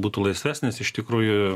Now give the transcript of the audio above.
būtų laisvesnis iš tikrųjų